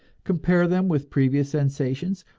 compare them with previous sensations,